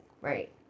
right